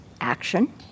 action